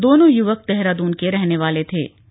दोनों युवक देहरादून के रहने वाले थे